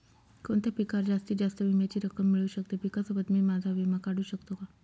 कोणत्या पिकावर जास्तीत जास्त विम्याची रक्कम मिळू शकते? पिकासोबत मी माझा विमा काढू शकतो का?